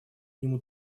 нему